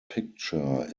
picture